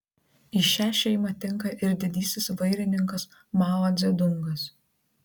į šią šeimą tinka ir didysis vairininkas mao dzedungas